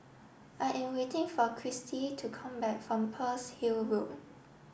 I am waiting for Kirstie to come back from Pearl's Hill Road